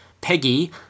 Peggy